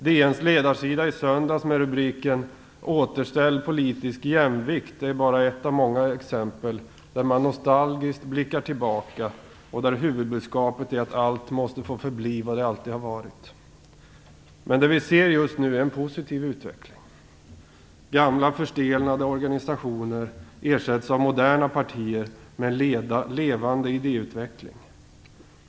DN:s ledarsida i söndags med rubriken "Återställ politisk jämvikt" är bara ett av många exempel där man nostalgiskt blickar tillbaka och där huvudbudskapet är att allt måste få förbli vad det alltid har varit. Men det vi ser just nu är en positiv utveckling. Gamla förstelnade organisationer ersätts av moderna partier med en levande idéutveckling.